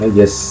yes